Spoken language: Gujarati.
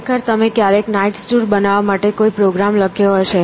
ખરેખર તમે ક્યારેક knight's tour બનાવવા માટે કોઈ પ્રોગ્રામ લખ્યો હશે